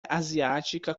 asiática